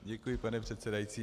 Děkuji, pane předsedající.